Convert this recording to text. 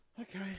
Okay